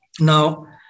Now